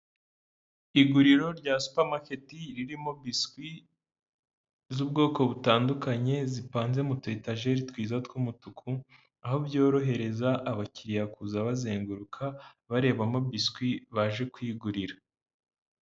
Iguriro rya supamaketi ririmo biswi z'ubwoko butandukanye, zipanze mu tuyetajeri twiza tw'umutuku, aho byorohereza abakiriya kuza bazenguruka, barebamo biswi baje kwigurira.